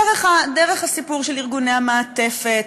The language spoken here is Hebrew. דרך הסיפור של ארגוני המעטפת,